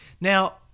Now